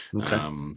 Okay